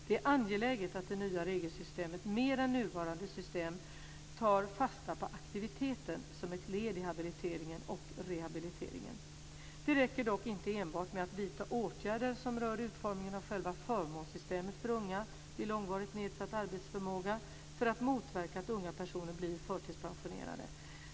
Det är angeläget att det nya regelsystemet mer än nuvarande system tar fasta på aktiviteten som ett led i habiliteringen och rehabiliteringen. Det räcker dock inte enbart med att vidta åtgärder som rör utformningen av själva förmånssystemet för unga vid långvarigt nedsatt arbetsförmåga för att motverka att unga personer blir förtidspensionerade.